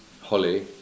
Holly